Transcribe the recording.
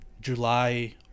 July